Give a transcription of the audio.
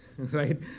Right